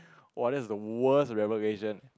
!wah! that was the worst revelation